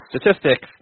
statistics